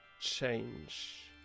change